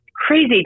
crazy